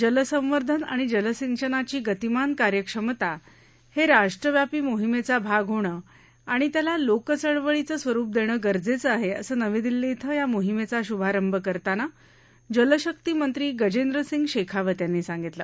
जलसंवर्धन आणि जलसिंचनाची गतिमान कार्यक्षमता हे राष्ट्रव्यापी मोहिमेचा भाग होणं आणि त्याला लोकचळवळीचं स्वरुप देणं गरजेचं आहे असं नवी दिल्ली इथं या मोहिमेचा श्भारंभ करताना जलशक्ती मंत्री गजेंद्र सिंग शेखावत यांनी सांगितलं